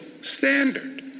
standard